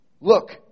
Look